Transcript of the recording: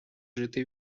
жити